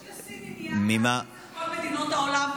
לסין יש עניין להלחיץ את כל מדינות העולם.